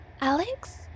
Alex